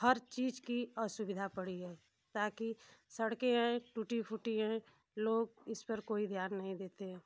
हर चीज़ की असुविधा पड़ी है ताकि सड़के हैं टूटी फूटी हैं लोग इस पर कोई ध्यान नहीं देते हैं